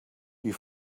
you